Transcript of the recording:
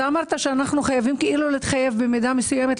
אמרת שאנחנו חייבים להתערב במידה מסוימת,